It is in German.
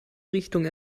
richtung